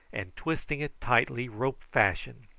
and, twisting it tightly rope-fashion,